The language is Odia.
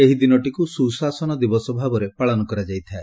ଏହି ଦିନଟିକୁ ସୁଶାସନ ଦିବସ ଭାବରେ ପାଳନ କରାଯାଇଥାଏ